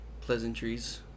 pleasantries